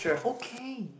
okay